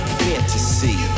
fantasy